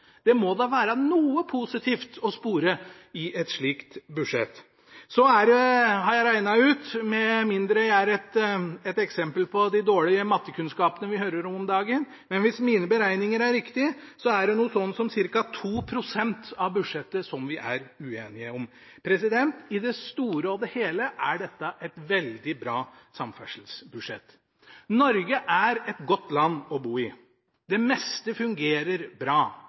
Det må da være noe positivt å spore i et slikt budsjett. Jeg har regnet ut – med mindre jeg er et eksempel på de dårlige mattekunnskapene vi hører om om dagen – og hvis mine beregninger er riktige, så er det noe sånt som ca. 2 pst. av budsjettet vi er uenige om. I det store og hele er dette et veldig bra samferdselsbudsjett. Norge er et godt land å bo i. Det meste fungerer bra